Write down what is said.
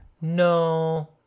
No